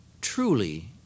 Truly